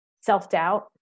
Self-doubt